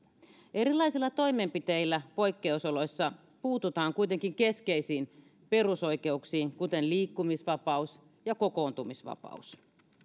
erilaisilla toimenpiteillä poikkeusoloissa puututaan kuitenkin keskeisiin perusoikeuksiin kuten liikkumisvapauteen ja kokoontumisvapauteen